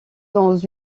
dans